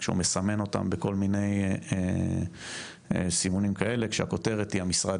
כשהוא מסמן אותם בכל מיני סימונים כאלה כשהכותרת היא "המשרד